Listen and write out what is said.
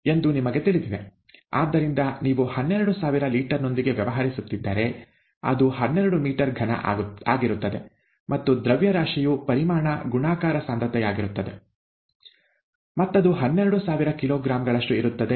ಆದ್ದರಿಂದ ನೀವು ಹನ್ನೆರಡು ಸಾವಿರ ಲೀಟರ್ ನೊಂದಿಗೆ ವ್ಯವಹರಿಸುತ್ತಿದ್ದರೆ ಅದು ಹನ್ನೆರಡು ಮೀಟರ್ ಘನ ಆಗಿರುತ್ತದೆ ಮತ್ತು ದ್ರವ್ಯರಾಶಿಯು ಪರಿಮಾಣ ಗುಣಾಕಾರ ಸಾಂದ್ರತೆಯಾಗಿರುತ್ತದೆ ಮತ್ತದು ಹನ್ನೆರಡು ಸಾವಿರ ಕಿಲೋಗ್ರಾಂ ಗಳಷ್ಟು ಇರುತ್ತದೆ